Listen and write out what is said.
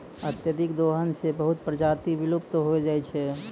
अत्यधिक दोहन सें बहुत प्रजाति विलुप्त होय जाय छै